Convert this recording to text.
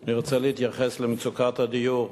אני רוצה להתייחס למצוקת הדיור.